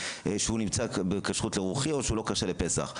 נמצא בכשרות לרוחי או שאינו כשר לפסח.